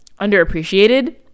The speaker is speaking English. underappreciated